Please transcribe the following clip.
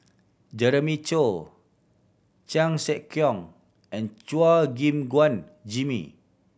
Jeremiah Choy Chan Sek Keong and Chua Gim Guan Jimmy